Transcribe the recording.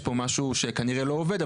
יש פה משהו שכנראה לא עובד,